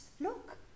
look